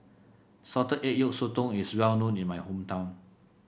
Salted Egg Yolk Sotong is well known in my hometown